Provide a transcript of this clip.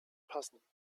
passen